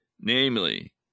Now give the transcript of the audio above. namely